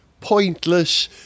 pointless